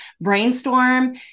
brainstorm